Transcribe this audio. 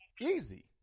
easy